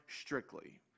strictly